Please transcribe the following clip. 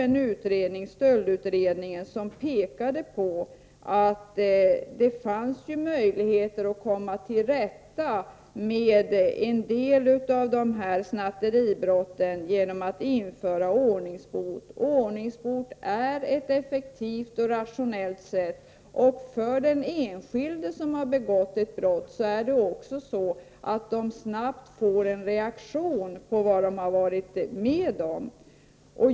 En utredning, stöldutredningen, har påpekat att det finns möjligheter att komma till rätta med en del av snatteribrotten genom att införa ordningsbot. Att utdöma ordningsbot är effektivt och rationellt. Den enskilde som har begått ett brott får en snabb reaktion på vad som har inträffat.